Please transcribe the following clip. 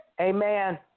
Amen